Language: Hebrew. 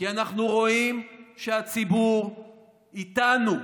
כי אנחנו רואים שהציבור איתנו.